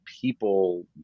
people